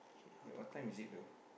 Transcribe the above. wait what time is it though